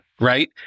right